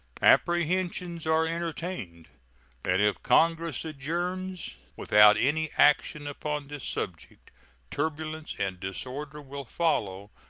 apprehensions are entertained that if congress adjourns without any action upon this subject turbulence and disorder will follow,